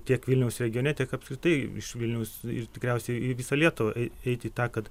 tiek vilniaus regione tiek apskritai iš vilniaus ir tikriausiai į visą lietuvą eiti į tą kad